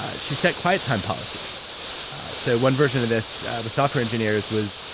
ah she said quiet time policies so one version of this, was software engineers was,